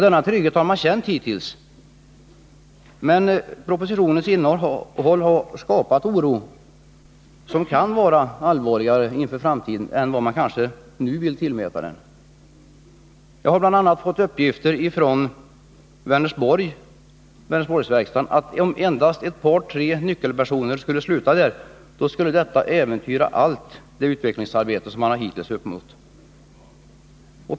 Denna trygghet har man hittills känt, men propositionens innehåll har skapat en oro inför framtiden som kan vara allvarligare än vad man kanske nu vill inse. Jag har bl.a. fått uppgifter ifrån Vänersborgsverkstaden, att om endast ett 159 par, tre nyckelpersoner slutar där, skulle det äventyra allt utvecklingsarbete man hittills uppnått.